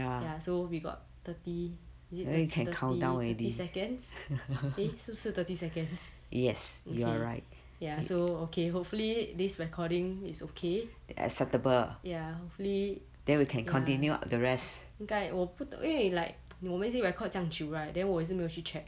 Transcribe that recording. ya so we got thirty is it thirty seconds eh 是不是 thirty seconds okay ya so okay hopefully this recording is okay ya hopefully ya 应该因为我们已经 record 这样久 right then 我也是没有去 check